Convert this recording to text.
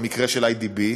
במקרה של איי.די.בי.